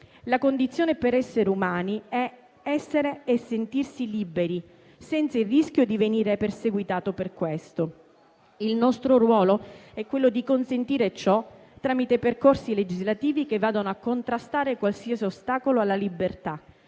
La condizione per essere umani è essere e sentirsi liberi senza il rischio di venire perseguitato per questo. Il nostro ruolo è quello di consentire ciò tramite percorsi legislativi che vadano a contrastare qualsiasi ostacolo alla libertà.